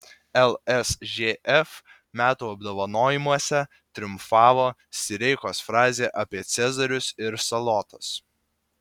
lsžf metų apdovanojimuose triumfavo sireikos frazė apie cezarius ir salotas